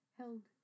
held